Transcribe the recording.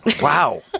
Wow